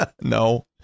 no